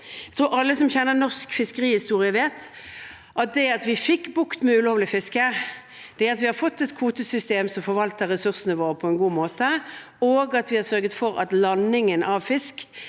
steder. Alle som kjenner norsk fiskerihistorie, vet at det at vi fikk bukt med ulovlig fiske, at vi har fått et kvotesystem som forvalter ressursene våre på en god måte, og at vi har sørget for at landingen av fisk